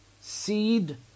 seed